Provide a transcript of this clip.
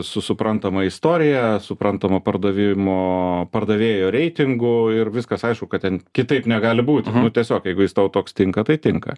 su suprantama istorija suprantamu pardavimo pardavėjo reitingu ir viskas aišku kad ten kitaip negali būti tiesiog jeigu jis tau toks tinka tai tinka